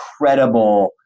incredible